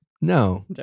No